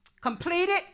completed